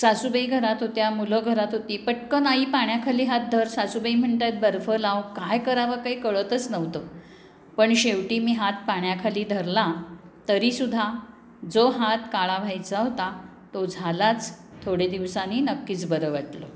सासूबाई घरात होत्या मुलं घरात होती पटकन आई पाण्याखाली हात धर सासूबाई म्हणत आहेत बर्फ लाव काय करावं काही कळतच नव्हतं पण शेवटी मी हात पाण्याखाली धरला तरीसुद्धा जो हात काळा व्हायचा होता तो झालाच थोडे दिवसानी नक्कीच बरं वाटलं